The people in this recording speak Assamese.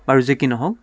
বাৰু যেই কি নহওক